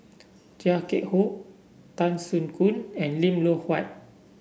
Chia Keng Hock Tan Soo Khoon and Lim Loh Huat